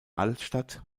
altstadt